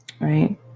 Right